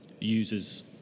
users